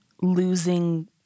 losing